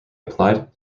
applied